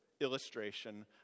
illustration